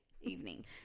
evening